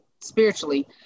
spiritually